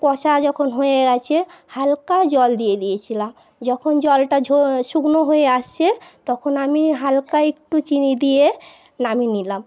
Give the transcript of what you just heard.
কষা যখন হয়ে গেছে হালকা জল দিয়ে দিয়েছিলাম যখন জলটা ঝ শুকনো হয়ে আসছে তখন আমি হালকা একটু চিনি দিয়ে নামিয়ে নিলাম